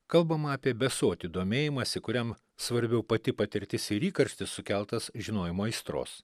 kalbama apie besotį domėjimąsi kuriam svarbiau pati patirtis ir įkarštis sukeltas žinojimo aistros